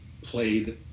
played